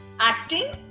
Acting